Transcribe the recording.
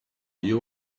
you